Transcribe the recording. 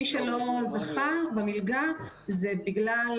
מי שלא זכה במלגה זה בגלל